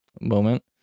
moment